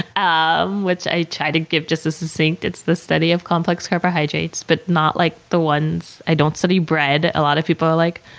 um which i try to give just a succinct, it's the study of complex carbohydrates but not like the ones, i don't study bread. a lot of people are like,